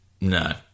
No